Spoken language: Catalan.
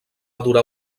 durar